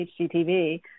HGTV